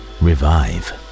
revive